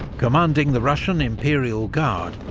commanding the russian imperial guard,